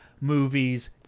movies